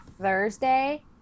Thursday